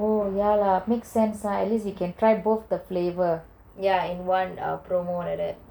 oh ya ya makes sense at least can try both the flavour